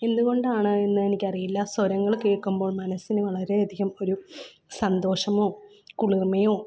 എന്തുകൊണ്ടാണ് എന്ന് എനിക്കറിയില്ല സ്വരങ്ങള് കേള്ക്കുമ്പോൾ മനസ്സിന് വളരെയധികം ഒരു സന്തോഷമോ കുളിർമ്മയോ